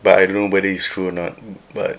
but I don't know whether it's true or not but